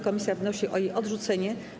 Komisja wnosi o jej odrzucenie.